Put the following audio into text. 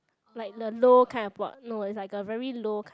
like the low kind of pot no is like a very low kind